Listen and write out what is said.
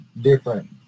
different